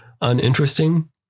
uninteresting